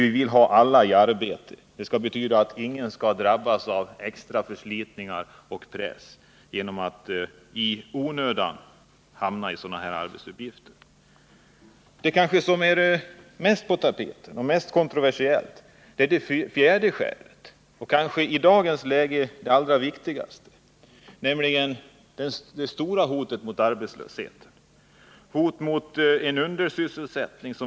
Vi vill ha alla i arbete, och det bör betyda att ingen skall drabbas av extra förslitning och press genom att i onödan hamna i sådant arbete. Det som kanske är mest på tapeten, mest kontroversiellt och i dagens läge det allra viktigaste är det fjärde skälet. Det gäller nämligen det stora hotet om arbetslöshet, hotet om undersysselsättning.